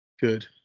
Good